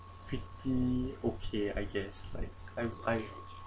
pretty okay I guess like I I